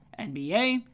NBA